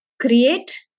Create